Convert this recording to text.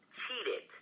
cheated